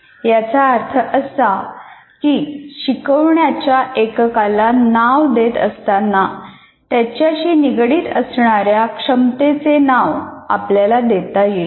याचा अर्थ असा की शिकवण्याच्या एकका ला नाव देत असताना त्याच्याशी निगडीत असणाऱ्या क्षमतेचे नाव आपल्याला देता येईल